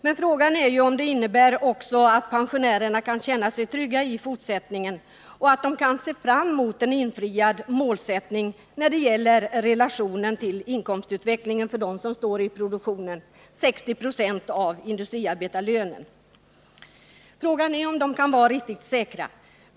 Men frågan är om det också innebär att pensionärerna kan känna sig trygga i fortsättningen och se fram mot att målsättningen infrias när det gäller relationen till inkomstutvecklingen för dem som står i produktionen — 60 20 av industriarbetarlönen. Frågan är om de kan vara riktigt säkra.